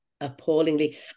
appallingly